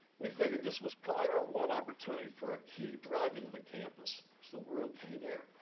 we figured this was probably our one opportunity for a key drive into the campus. so we're okay there.